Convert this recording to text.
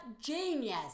genius